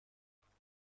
سالمند